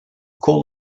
call